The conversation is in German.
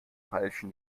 feilschen